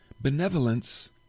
benevolence